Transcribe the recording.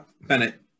Bennett